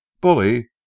Bully